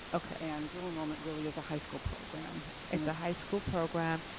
okay. and dual enrollment really is a high school program. it's a high school program.